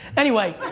anyway.